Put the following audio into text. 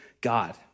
God